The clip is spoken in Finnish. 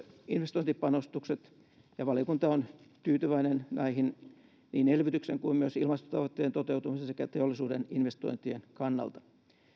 investointipanostukset ja valiokunta on tyytyväinen näihin niin elvytyksen kuin myös ilmastotavoitteiden toteutumisen sekä teollisuuden investointien kannalta